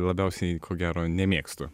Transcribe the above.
labiausiai ko gero nemėgstu